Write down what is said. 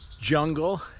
jungle